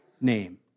name